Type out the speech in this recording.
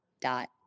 dot